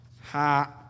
Ha